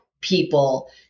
people